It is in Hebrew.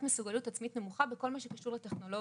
מסוגלות עצמית נמוכה בכל מה שקשור לטכנולוגיה.